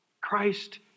Christ